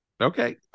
Okay